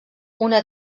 una